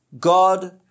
God